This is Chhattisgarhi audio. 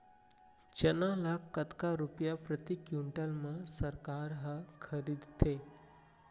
चना ल कतका रुपिया प्रति क्विंटल म सरकार ह खरीदथे?